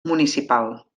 municipal